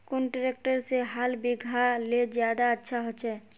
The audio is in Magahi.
कुन ट्रैक्टर से हाल बिगहा ले ज्यादा अच्छा होचए?